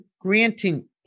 granting